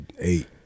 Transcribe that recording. eight